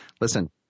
Listen